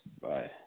Bye